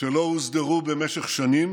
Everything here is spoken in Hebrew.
שלא הוסדרו במשך שנים,